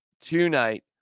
tonight